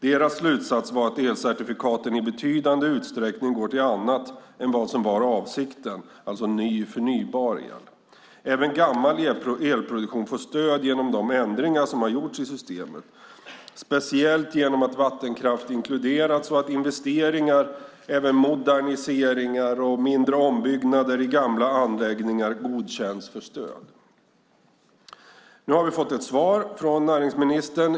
Deras slutsats var att elcertifikaten i betydande utsträckning går till annat än vad som var avsikten, alltså ny förnybar el. Även gammal elproduktion får stöd genom de ändringar som har gjorts i systemet, speciellt genom att vattenkraft inkluderats och att investeringar, även moderniseringar och mindre ombyggnader, i gamla anläggningar godkänns för stöd. Nu har vi fått ett svar från näringsministern.